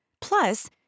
Plus